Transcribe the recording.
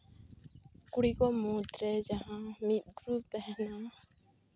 ᱠᱩᱲᱤ ᱠᱚ ᱢᱩᱫᱽᱨᱮ ᱡᱟᱦᱟ ᱢᱤᱫ ᱵᱷᱩᱞ ᱛᱟᱦᱮᱱᱟ